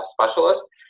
specialist